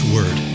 Word